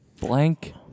Blank